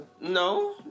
No